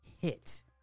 hit